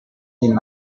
pin